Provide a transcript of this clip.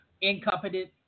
incompetent